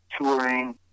touring